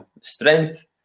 Strength